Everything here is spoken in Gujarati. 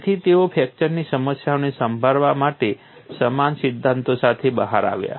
તેથી તેઓ ફ્રેક્ચરની સમસ્યાઓને સંભાળવા માટે સમાન સિદ્ધાંતો સાથે બહાર આવ્યા